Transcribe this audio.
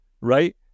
Right